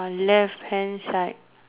left hand side